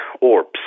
orbs